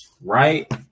right